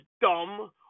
dumb